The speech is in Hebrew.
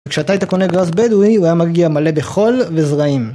וכשאתה היית קונה גראס בדואי הוא היה מגיע מלא בחול וזרעים